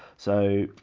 so